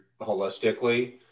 holistically